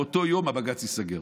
באותו יום בג"ץ ייסגר.